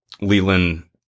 Leland